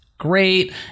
Great